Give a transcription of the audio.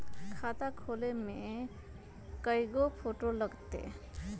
खाता खोले में कइगो फ़ोटो लगतै?